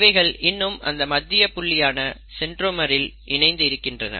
இவைகள் இன்னும் அந்த மத்திய புள்ளியான சென்ட்ரோமரில் இணைந்து இருக்கின்றன